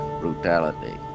brutality